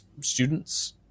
students